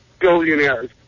billionaires